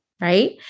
right